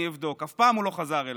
אני אבדוק, אף פעם הוא לא חזר אליי.